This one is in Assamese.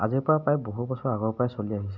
আজিৰ পৰা প্ৰায় বহু বছৰ আগৰ পৰাই চলি আহিছে